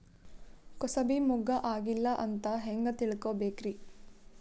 ಕೂಸಬಿ ಮುಗ್ಗ ಆಗಿಲ್ಲಾ ಅಂತ ಹೆಂಗ್ ತಿಳಕೋಬೇಕ್ರಿ?